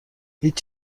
هیچ